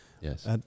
Yes